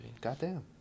Goddamn